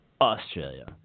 Australia